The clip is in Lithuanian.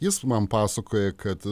jis man pasakoja kad